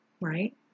right